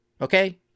Okay